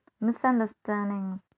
misunderstandings